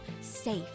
safe